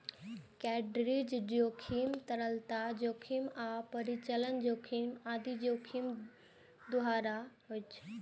credit जोखिम, तरलता जोखिम आ परिचालन जोखिम आदि जोखिमक उदाहरण छियै